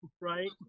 right